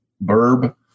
verb